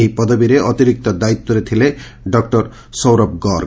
ଏହି ପଦବୀରେ ଅତିରିକ୍ତ ଦାୟିତ୍ୱରେ ଥିଲେ ଡକ୍ଟର ସୌରଭ ଗର୍ଗ